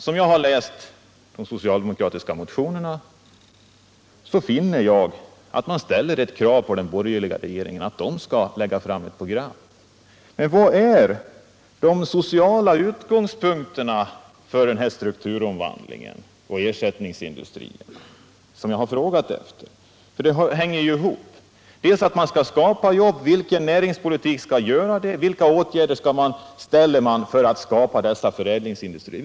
Som jag har läst de socialdemokratiska motionerna finner jag att man ställer ett krav på den borgerliga regeringen att den skall lägga fram ett program. Men var är de sociala utgångspunkterna för strukturomvandlingen och ersättningsindustrin som jag frågat efter? De hänger ju ihop. Man skall skapa jobb, men vilken näringspolitik skall göra det, vilka åtgärder ställer man för att skapa dessa förädlingsindustrier?